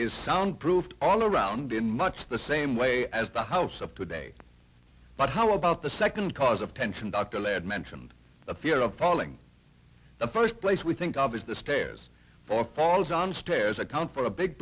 is soundproofed all around in much the same way as the house of today but how about the second cause of tension dr laird mentioned the fear of falling the first place we think of as the stairs for falls on stairs account for a big